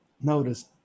Notice